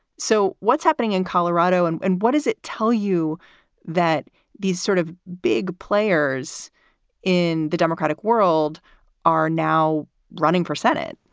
so what's happening in colorado and and what does it tell you that these sort of big players in the democratic world are now running for senate?